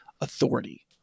authority